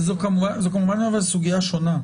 זו כמובן סוגיה שונה.